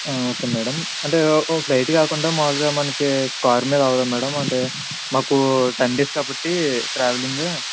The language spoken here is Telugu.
ఓకె మేడమ్ అంటే ఒ ఓ ఫ్లైట్ కాకుండా మాములుగా మనకి కారు మీద అవ్వదా మేడమ్ అంటే మాకు టెన్ డేస్ కాబట్టి ట్రావెలింగు